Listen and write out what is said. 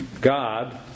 God